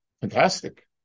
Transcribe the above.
Fantastic